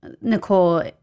Nicole